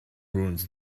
ruins